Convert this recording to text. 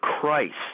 Christ